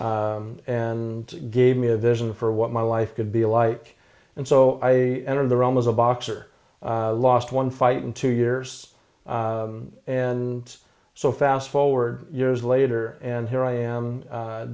and gave me a vision for what my life could be like and so i entered the realm as a boxer lost one fight in two years and so fast forward years later and here i am